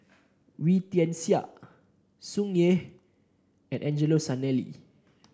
Wee Tian Siak Tsung Yeh and Angelo Sanelli